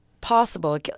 possible